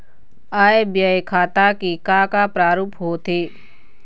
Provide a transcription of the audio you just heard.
आय व्यय खाता के का का प्रारूप होथे?